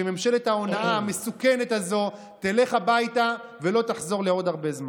שממשלת ההונאה המסוכנת הזאת תלך הביתה ולא תחזור לעוד הרבה זמן.